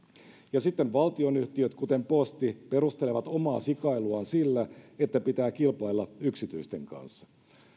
ja sitten valtionyhtiöt kuten posti perustelevat omaa sikailuaan sillä että pitää kilpailla yksityisten kanssa